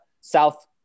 South